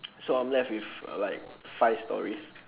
so I'm left with uh like five stories